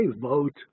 vote